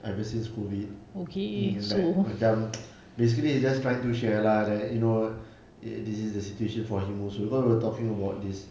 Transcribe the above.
ever since COVID like macam basically he's just trying to share lah like you know it this is the situation for him also cause we were talking about this